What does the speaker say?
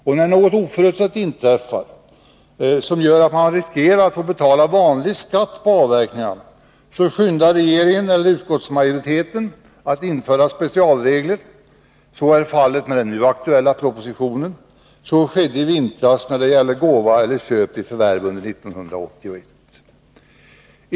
Och när något oförutsett inträffar, som gör att man riskerar att få betala vanlig skatt på avverkningarna, skyndar regeringen eller utskottsmajoriteten att införa specialregler. Så är fallet med den nu aktuella propositionen. Så skedde i vintras när det gällde gåva eller köp vid förvärv under 1981.